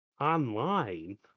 online